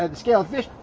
and scale a fish.